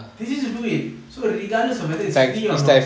they just to do it so regardless of whether it's free or not